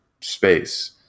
space